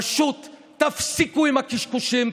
פשוט תפסיקו עם הקשקושים,